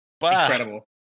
Incredible